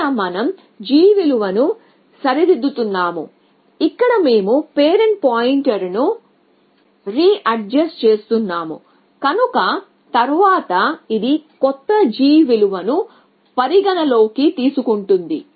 ఇక్కడే మనం g విలువను సరిదిద్దుతున్నాము ఇక్కడే మేము పేరెంట్ పాయింటర్ను రీఅజస్ట్ చేస్తున్నాము కనుక తరువాత ఇది కొత్త g విలువను పరిగణనలోకి తీసుకుంటుంది